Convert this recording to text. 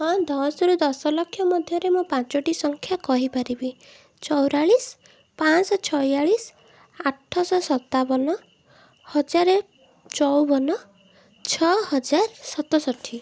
ହଁ ଦଶରୁ ଦଶଲକ୍ଷ ମଧ୍ୟରେ ମୁଁ ପାଞ୍ଚଟି ସଂଖ୍ୟା କହିପାରିବି ଚଉରାଳିଶ ପାଂଶହ ଛୟାଳିଶ ଆଠଶହ ସତାବନ ହଜାର ଚଉବନ ଛଅହଜାର ସତଷଠି